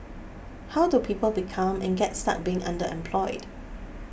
how do people become and get stuck being underemployed